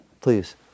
please